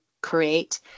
create